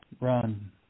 run